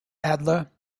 adler